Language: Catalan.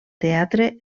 teatre